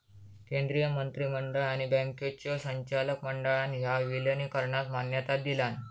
केंद्रीय मंत्रिमंडळ आणि बँकांच्यो संचालक मंडळान ह्या विलीनीकरणास मान्यता दिलान